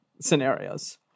scenarios